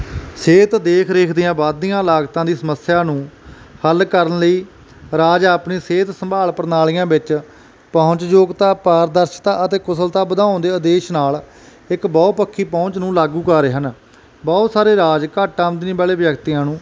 ਸਿਹਤ ਦੇਖ ਰੇਖ ਦੀਆਂ ਵੱਧਦੀਆਂ ਲਾਗਤਾਂ ਦੀ ਸਮੱਸਿਆ ਨੂੰ ਹੱਲ ਕਰਨ ਲਈ ਰਾਜ ਆਪਣੀ ਸਿਹਤ ਸੰਭਾਲ ਪ੍ਰਣਾਲੀਆਂ ਵਿੱਚ ਪਹੁੰਚ ਯੋਗਤਾ ਪਾਰਦਰਸ਼ਕਾਂ ਅਤੇ ਕੁਸ਼ਲਤਾ ਵਧਾਉਣ ਦੇ ਆਦੇਸ਼ ਨਾਲ ਇੱਕ ਬਹੁਪੱਖੀ ਪਹੁੰਚ ਨੂੰ ਲਾਗੂ ਕਰ ਰਹੇ ਹਨ ਬਹੁਤ ਸਾਰੇ ਰਾਜ ਘੱਟ ਆਮਦਨੀ ਵਾਲੇ ਵਿਅਕਤੀਆਂ ਨੂੰ